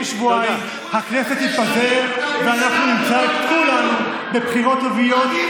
בעוד פחות משבועיים הכנסת תתפזר ואנחנו נמצא את כולנו בבחירות רביעיות,